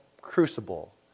crucible